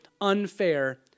unfair